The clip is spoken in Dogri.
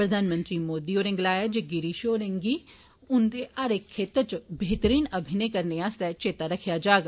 प्रधानमंत्री मोदी होरें गलाया जे गिरिश होरेंगी गी उन्दे हर क्षेत्र इच बेहतर अभिनय करने आस्तै चेता रक्खेया जाग